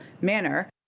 manner